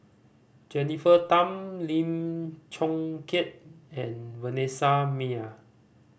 Jennifer Tham Lim Chong Keat and Vanessa Mae